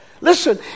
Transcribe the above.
Listen